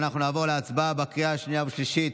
אנחנו נעבור להצבעה בקריאה השנייה והשלישית.